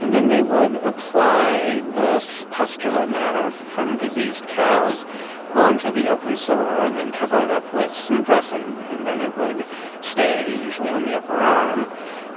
and then they would apply this pustular matter from diseased cows onto the open sore and then cover it up with some dressing, and then it would stay usually on the upper arm